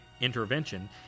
intervention